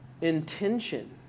intention